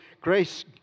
grace